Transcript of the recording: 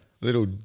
little